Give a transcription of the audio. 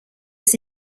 was